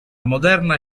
moderna